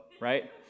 right